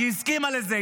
כי היא הסכימה לזה,